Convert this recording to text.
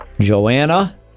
Joanna